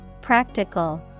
practical